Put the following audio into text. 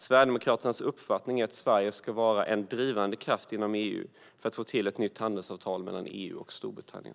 Sverigedemokraternas uppfattning är att Sverige ska vara en drivande kraft inom EU för att få till ett nytt handelsavtal mellan EU och Storbritannien.